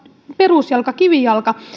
perusjalka kivijalka